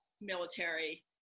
military